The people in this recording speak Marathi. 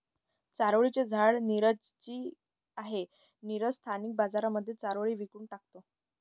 चारोळी चे झाड नीरज ची आहे, नीरज स्थानिक बाजारांमध्ये चारोळी विकून टाकतो